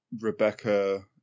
Rebecca